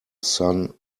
sun